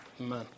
Amen